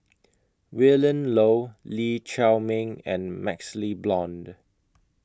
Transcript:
Willin Low Lee Chiaw Meng and MaxLe Blond